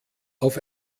auf